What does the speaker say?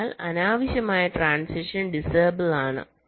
അതിനാൽ അനാവശ്യമായ transition disable ആണ്